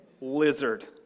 lizard